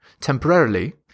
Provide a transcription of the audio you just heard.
temporarily